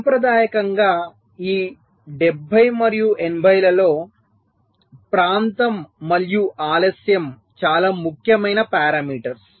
సాంప్రదాయకంగా ఈ 70 మరియు 80 లలో ప్రాంతం మరియు ఆలస్యం చాలా ముఖ్యమైన పారామీటర్స్